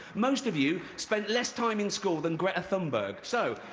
most of you spent less time in school than greta thunberg. so,